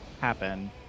happen